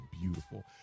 beautiful